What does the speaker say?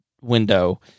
window